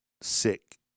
sick